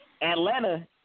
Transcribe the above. Atlanta